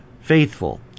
faithful